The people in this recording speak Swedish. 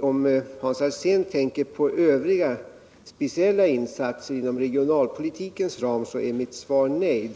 Om Hans Alsénn tänker på övriga speciella insatser inom regionalpolitikens ram är mitt svar nej.